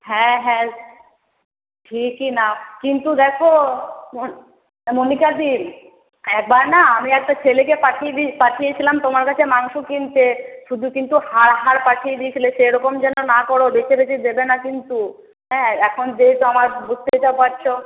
হ্যাঁ হ্যাঁ ঠিকই নাও কিন্তু দেখো মনিকাদি একবার না আমি একটা ছেলেকে পাঠিয়ে দিয়ে পাঠিয়েছিলাম তোমার কাছে মাংস কিনতে শুধু কিন্তু হাড় হাড় পাঠিয়ে দিয়েছিলে সেরকম যেন না করো বেছে বেছে দেবে না কিন্তু হ্যাঁ এখন যেহেতু আমার বুঝতেই তো পারছো